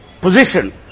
position